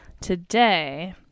today